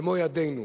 במו ידינו,